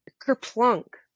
Kerplunk